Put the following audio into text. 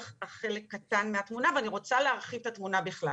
אך רק חלק קטן מהתמונה ואני רוצה להרחיב את התמונה בכלל.